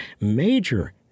major